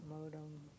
modem